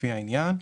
לפי העניין,